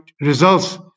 results